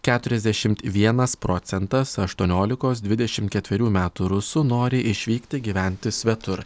keturiasdešimt vienas procentas aštuoniolikos dvidešimt ketverių metų rusų nori išvykti gyventi svetur